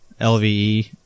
LVE